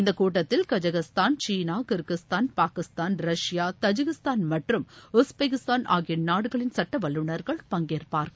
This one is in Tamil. இந்தக் கூட்டத்தில் கஜகஸ்தான் சீனாகிர்கிஸ்தான்பாகிஸ்தான் ரஷ்யா தஐகிஸ்தான் மற்றும்உஸ்பெகிஸ்தான் ஆகியநாடுகளின் சட்டவல்லுநர்கள்பங்கேற்பார்கள்